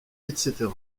etc